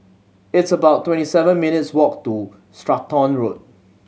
it's about twenty seven minutes' walk to Stratton Road